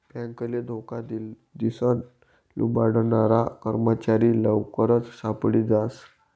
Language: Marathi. बॅकले धोका दिसन लुबाडनारा कर्मचारी लवकरच सापडी जास